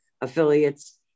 affiliates